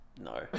No